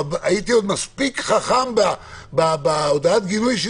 אבל הייתי עוד מספיק חכם בהודעת הגינוי שלי